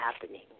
happening